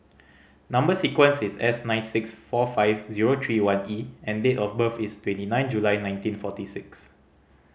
number sequence is S nine six four five zero three one E and date of birth is twenty nine July nineteen forty six